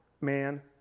man